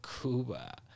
Cuba